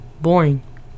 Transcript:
boring